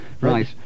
Right